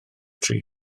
tri